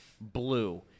blue